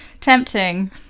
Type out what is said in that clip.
Tempting